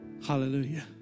Hallelujah